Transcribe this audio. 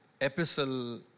epistle